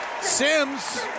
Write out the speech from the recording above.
Sims